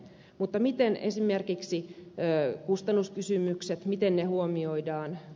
mutta miten esimerkiksi kustannuskysymykset huomioidaan